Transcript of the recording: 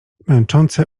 męczące